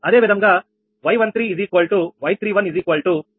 అదేవిధంగా 𝑦13 𝑦31 1 𝑍1310